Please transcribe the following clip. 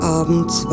abends